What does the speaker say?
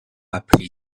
appelée